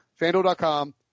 fanduel.com